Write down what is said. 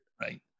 right